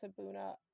Sabuna